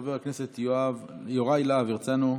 חבר הכנסת יוראי להב הרצנו,